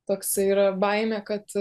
toksai yra baimė kad